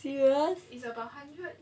serious